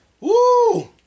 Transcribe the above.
Woo